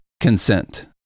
consent